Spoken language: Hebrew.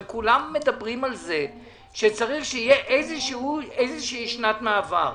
הם כולם מדברים על כך שצריך שתהיה איזושהי שנת מעבר.